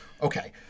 Okay